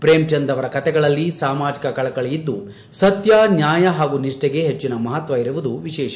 ಪ್ರೇಮಚಂದ್ ಅವರ ಕಥೆಗಳಲ್ಲಿ ಸಾಮಾಜಿಕ ಕಳಕಳಿಯಿದ್ದು ಸತ್ಯ ನ್ಯಾಯ ಹಾಗೂ ನಿಷ್ಟೆಗೆ ಹೆಚ್ಚಿನ ಮಹತ್ವ ಇರುವುದು ವಿಶೇಷ